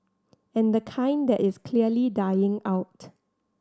and the kind that is clearly dying out